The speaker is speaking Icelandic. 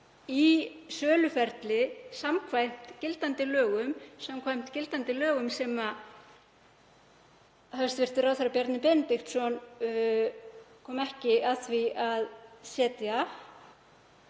í söluferli samkvæmt gildandi lögum sem hæstv. ráðherra Bjarni Benediktsson kom ekki að því að setja.